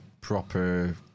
proper